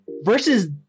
versus